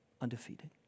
undefeated